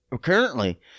currently